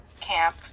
camp